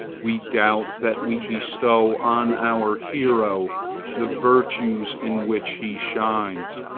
we doubt that we bestow on our hero the virtues in which he shines,